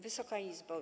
Wysoka Izbo!